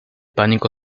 pánico